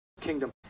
kingdom